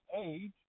age